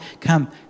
Come